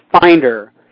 Finder